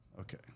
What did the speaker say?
Okay